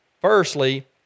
Firstly